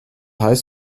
high